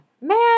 Man